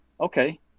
okay